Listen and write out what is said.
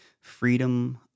freedom